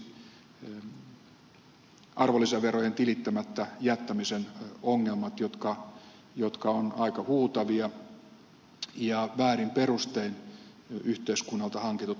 siihenhän liittyvät esimerkiksi arvonlisäverojen tilittämättä jättämisen ongelmat jotka ovat aika huutavia ja väärin perustein yhteiskunnalta hankitut arvonlisäveropalautukset